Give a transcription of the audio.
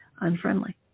unfriendly